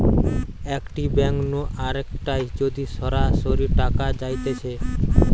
একটি ব্যাঙ্ক নু আরেকটায় যদি সরাসরি টাকা যাইতেছে